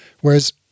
Whereas